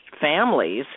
families